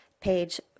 page